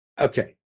okay